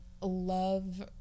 love